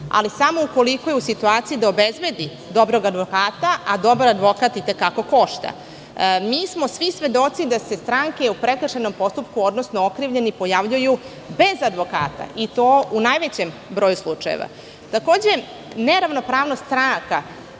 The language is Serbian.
ali samo ukoliko je u situaciji da obezbedi dobrog advokata, a dobar advokat i te kako košta. Mi smo svi svedoci da se stranke u prekršajnom postupku, odnosno okrivljeni pojavljuju bez advokata i to u najvećem broju slučajeva. Takođe, neravnopravnost stranaka,